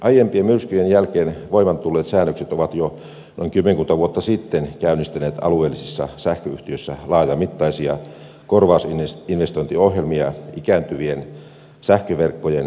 aiempien myrskyjen jälkeen voimaan tulleet säännökset ovat jo noin kymmenkunta vuotta sitten käynnistäneet alueellisissa sähköyhtiöissä laajamittaisia korvausinvestointiohjelmia ikääntyvien sähköverkkojen uudistamiseksi